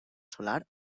solar